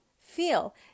feel